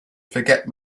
forget